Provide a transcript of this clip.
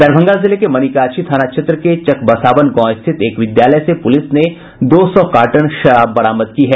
दरभंगा जिले में मनीगाछी थाना क्षेत्र के चकबसावन गांव स्थित एक विद्यालय से पुलिस ने दो सौ कार्टन विदेशी शराब बरामद की है